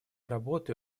работы